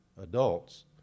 adults